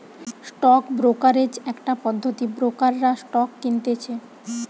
stock brokerage একটা পদ্ধতি ব্রোকাররা স্টক কিনতেছে